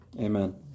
Amen